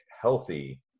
healthy